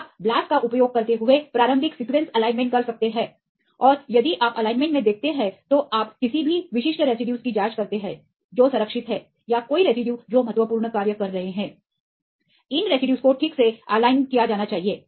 आप ब्लास्ट का उपयोग करते हुए प्रारंभिक सीक्वेंस एलाइनमेंट कर सकते हैं और यदि आप एलाइनमेंट में देखते हैं तो आप किसी भी विशिष्ट रेसिड्यूज की जांच करते हैं जो संरक्षित हैं या कोई रेसिड्यू जो महत्वपूर्ण कार्य कर रहे हैं इन रेसिड्यूज को ठीक से एलाइनमेंट किया जाना चाहिए